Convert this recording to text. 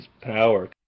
power